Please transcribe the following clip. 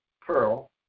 Pearl